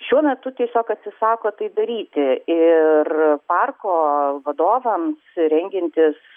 šiuo metu tiesiog atsisako tai daryti ir parko vadovams rengiantis